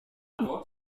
wer